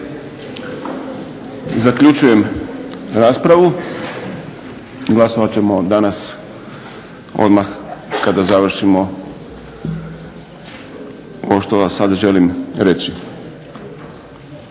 Zaključujem raspravu. Glasovat ćemo danas odmah kada završimo ovo što sad želim reći.